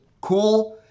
cool